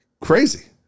crazy